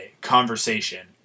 conversation